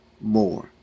more